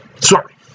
sorry